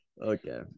Okay